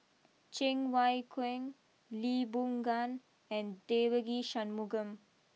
Cheng Wai Keung Lee Boon Ngan and Devagi Sanmugam